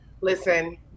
Listen